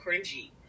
cringy